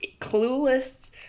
clueless